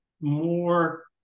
more